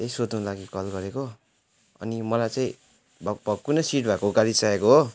त्यही सोध्नु लागि कल गरेको अनि मलाई चाहिँ अब अब कुनै सिट भएको गाडी चाहिएको हो